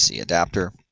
adapter